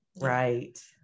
Right